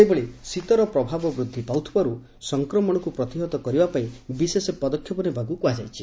ସେହିଭଳି ଶୀତର ପ୍ରଭାବ ବୃଦ୍ଧି ପାଉଥିବାରୁ ସଂକ୍ରମଣକୁ ପ୍ରତିହତ କରିବାପାଇଁ ବିଶେଷ ପଦକ୍ଷେପ ନେବାକୁ କୃହାଯାଇଛି